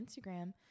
Instagram